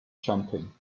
jumping